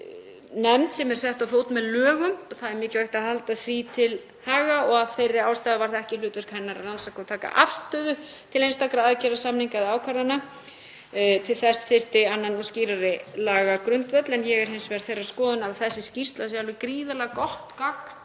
Þetta er ekki nefnd sem er sett á fót með lögum og það er mikilvægt að halda því til haga, og af þeirri ástæðu var það ekki hlutverk hennar að rannsaka og taka afstöðu til einstakra aðgerða, samninga eða ákvarðana. Til þess þyrfti annan og skýrari lagagrundvöll. En ég er hins vegar þeirrar skoðunar að þessi skýrsla sé alveg gríðarlega gott gagn